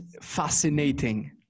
fascinating